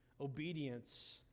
Obedience